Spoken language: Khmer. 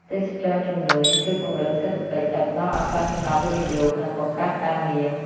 ទេសចរណ៍ជំនួញ ជួយពង្រឹងសេដ្ឋកិច្ច ដោយផ្តល់ឱកាសសម្រាប់វិនិយោគ និងបង្កើតការងារ។